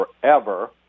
forever